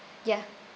ya